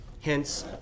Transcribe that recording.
hence